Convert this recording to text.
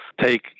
take